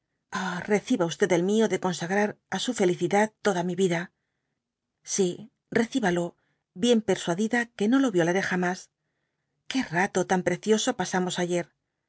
reciba el mío de consagrar á su felicidad toda mi vida si recíbalo bien persuadida que no lo violaré jamas que rato tan precioso pasamos ayer